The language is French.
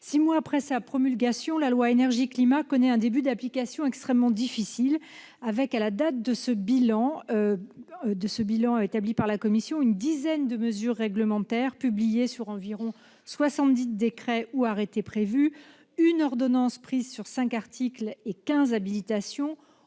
l'énergie et au climat, ou loi Énergie-climat, connaît un début d'application extrêmement difficile, avec, à la date du bilan établi par la commission, une dizaine de mesures réglementaires publiées sur environ 70 décrets ou arrêtés prévus, une ordonnance prise sur cinq articles et 15 habilitations,